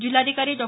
जिल्हाधिकारी डॉ